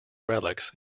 relics